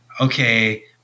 Okay